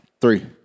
Three